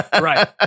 Right